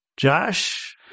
Josh